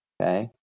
okay